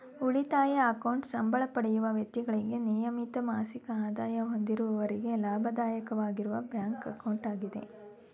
ಉಳಿತಾಯ ಅಕೌಂಟ್ ಸಂಬಳ ಪಡೆಯುವ ವ್ಯಕ್ತಿಗಳಿಗೆ ನಿಯಮಿತ ಮಾಸಿಕ ಆದಾಯ ಹೊಂದಿರುವವರಿಗೆ ಲಾಭದಾಯಕವಾಗಿರುವ ಬ್ಯಾಂಕ್ ಅಕೌಂಟ್ ಆಗಿದೆ